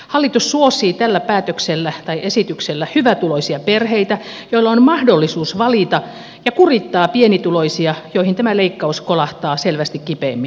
hallitus suosii tällä esityksellä hyvätuloisia perheitä joilla on mahdollisuus valita ja kurittaa pienituloisia joihin tämä leikkaus kolahtaa selvästi kipeimmin